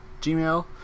gmail